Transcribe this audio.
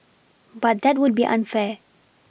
but that would be unfair